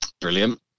Brilliant